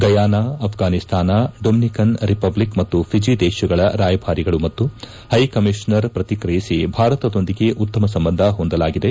Guyana Afghanistan Dominican Republic ಮತ್ತು Fiji ದೇಶಗಳ ರಾಯಭಾರಿಗಳು ಮತ್ತು ಹೈಕಮೀಷನರ್ ಪ್ರತಿಕ್ರಿಯಿಸಿ ಭಾರತದೊಂದಿಗೆ ಉತ್ತಮ ಸಂಬಂಧ ಹೊಂದಲಾಗಿದೆ